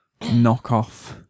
knockoff